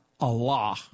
Allah